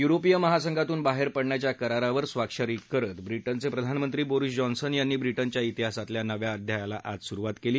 युरोपीय महासंघातून बाहेर पडण्याच्या करारावर स्वाक्षरी करत ब्रिजेचे प्रधानमंत्री बोरीस जॉन्सन यांनी ब्रिजेच्या शििहासातल्या नव्या अध्यायाला आज सुरुवात केली